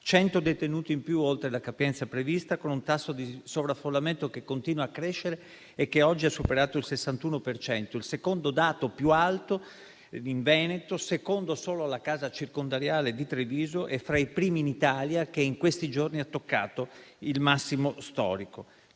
100 detenuti in più oltre la capienza prevista, con un tasso di sovraffollamento che continua a crescere e che oggi ha superato il 61 per cento. È il secondo dato più alto in Veneto, secondo solo alla casa circondariale di Treviso e fra i primi in Italia, che in questi giorni ha toccato il massimo storico.